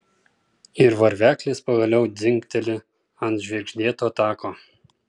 ir varveklis pagaliau dzingteli ant žvirgždėto tako